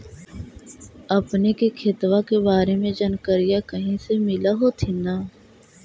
अपने के खेतबा के बारे मे जनकरीया कही से मिल होथिं न?